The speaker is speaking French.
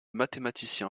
mathématicien